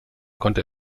konnte